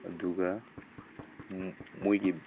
ꯑꯗꯨꯒ ꯃꯣꯏꯒꯤ